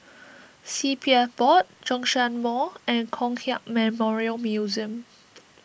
C P F Board Zhongshan Mall and Kong Hiap Memorial Museum